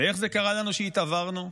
ואיך קרה לנו שהתעוורנו?